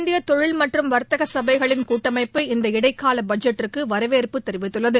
இந்திய தொழில் மற்றும் வர்த்தக கபைகளின் கூட்டமைப்பு இந்த இடைக்கால பட்ஜெட்டுக்கு வரவேற்பு தெரிவித்துள்ளது